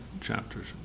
chapters